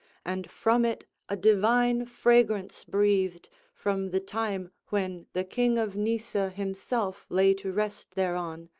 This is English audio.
and from it a divine fragrance breathed from the time when the king of nysa himself lay to rest thereon,